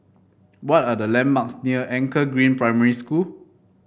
what are the landmarks near Anchor Green Primary School